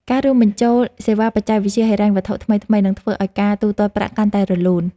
ការរួមបញ្ចូលសេវាបច្ចេកវិទ្យាហិរញ្ញវត្ថុថ្មីៗ នឹងធ្វើឱ្យការទូទាត់ប្រាក់កាន់តែរលូន។